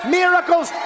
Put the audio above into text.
miracles